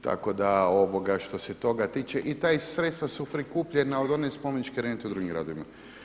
Tako da što se toga tiče i ta sredstva su prikupljena od one spomeničke rente u drugim gradovima.